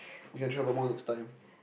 you can travel more next time